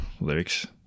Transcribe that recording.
lyrics